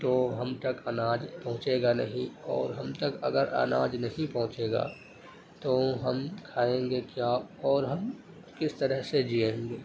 تو ہم تک اناج پہنچے گا نہیں اور ہم تک اگر اناج نہیں پہنچے گا تو ہم کھائیں گے کیا اور ہم کس طرح سے جیں گے